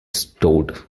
stored